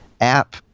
app